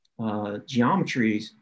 geometries